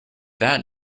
that